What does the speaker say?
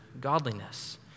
godliness